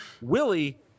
willie